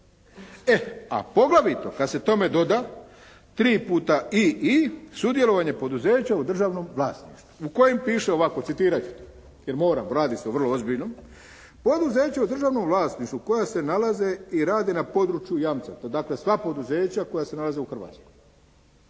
E, a poglavito kad se tome doda tri puta III, sudjelovanje poduzeća u državnom vlasništvu u kojem piše ovako, citirat ću, jer moram, radi se o vrlo ozbiljnom: "Poduzeća u državnom vlasništvu koja se nalaze i rade na području jamca dakle, sva poduzeća koja se nalaze u Hrvatskoj,